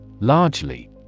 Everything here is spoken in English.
Largely